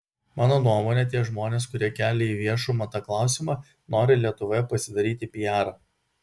mano nuomone tie žmonės kurie kelia į viešumą tą klausimą nori lietuvoje pasidaryti piarą